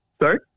sorry